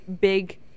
big